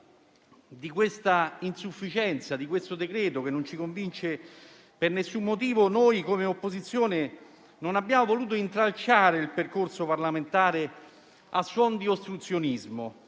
dell'insufficienza di questo decreto-legge, che non ci convince per nessun motivo, come opposizione non abbiamo voluto intralciare il percorso parlamentare a suon di ostruzionismo,